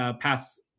pass